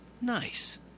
Nice